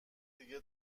دیگه